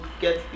get